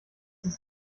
ist